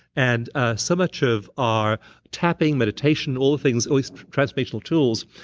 and ah so much of our tapping, meditation, all the things, all these transformational tools,